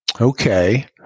Okay